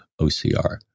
OCR